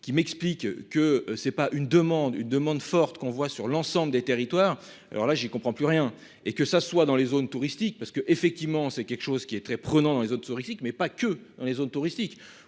qui m'explique que c'est pas une demande, une demande forte qu'on voit sur l'ensemble des territoires. Alors là j'y comprends plus rien et que ça soit dans les zones touristiques parce que effectivement c'est quelque chose qui est très prenant dans les eaux touristique mais pas que dans les zones touristiques.